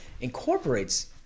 incorporates